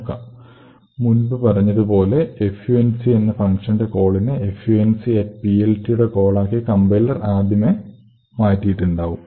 നമുക്കറിയാവുന്നതുപോലെ func എന്ന ഫങ്ഷന്റെ കോളിനെ funcPLT യുടെ കോൾ ആക്കി കംപൈലർ ആദ്യമേ മാറ്റിയിട്ടുണ്ടാവും